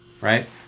right